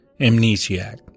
Amnesiac